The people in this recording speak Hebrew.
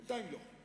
"בינתיים לא",